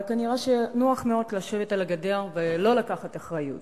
אבל כנראה שנוח מאוד לשבת על הגדר ולא לקחת אחריות.